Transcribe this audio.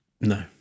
No